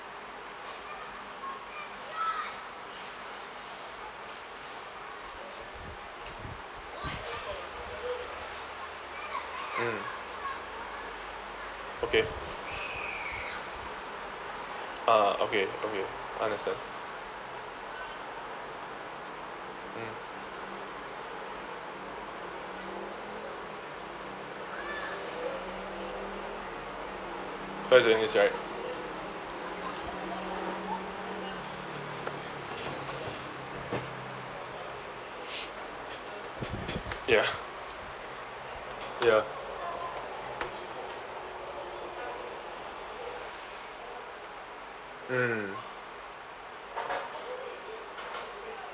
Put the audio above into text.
mm okay uh okay okay understand mm right ya ya mm